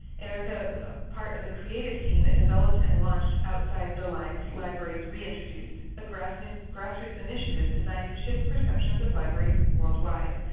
erica was of the creative team that developed and launched outside the lines libraries reintroduced, a grassroots grassroots initiative designed to shift perceptions of libraries worldwide.